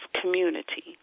community